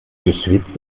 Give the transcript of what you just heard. geschwitzt